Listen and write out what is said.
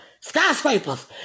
Skyscrapers